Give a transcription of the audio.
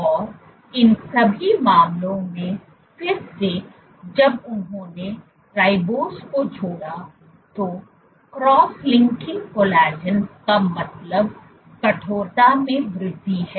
और इन सभी मामलों में फिर से जब उन्होंने राइबोज को जोड़ा तो क्रॉस लिंकिंग कोलेजन का मतलब कठोरता में वृद्धि है